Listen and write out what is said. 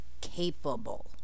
capable